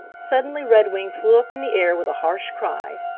suddenly redwing flew up in the air with a harsh cry.